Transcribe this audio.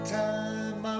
time